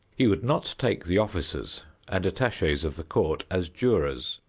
he would not take the officers and attaches of the court as jurors,